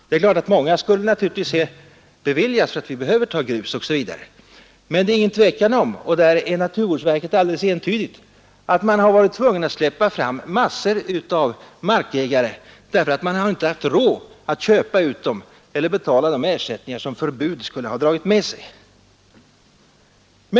Det är klart att många tillstånd naturligtvis under alla förhållanden skulle ha beviljats därför att vi behöver grus, men det råder inget tvivel om — därvidlag har naturvårdsverket samma uppfattning som jag — att man har varit tvungen att släppa fram massor av markägare därför att man inte har haft råd att köpa ut dem och betala dem de ersättningar som ett förbud skulle ha dragit med sig.